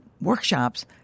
workshops